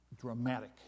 dramatic